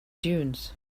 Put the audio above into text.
dunes